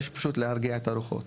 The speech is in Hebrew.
יש פשוט להרגיע את הרוחות.